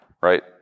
right